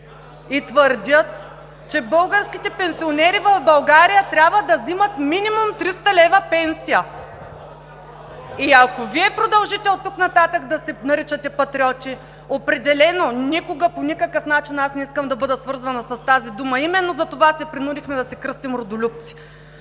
и твърдят, че българските пенсионери в България трябва да взимат минимум 300 лв. пенсия?! И, ако Вие продължите оттук нататък да се наричате патриоти, определено никога, по никакъв начин аз не искам да бъда свързана с тази дума. Именно за това се принудихме да се кръстим „родолюбци“.